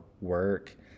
work